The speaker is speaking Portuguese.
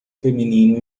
feminino